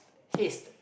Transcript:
his